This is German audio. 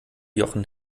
jochen